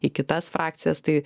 į kitas frakcijas tai